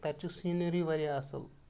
تَتہِ چھُ سیٖنری واریاہ اَصٕل